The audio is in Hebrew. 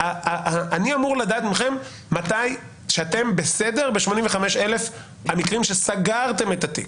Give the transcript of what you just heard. אני אמור לדעת מכם שאתם בסדר ב-85,000 המקרים שבהם סגרתם את התיק.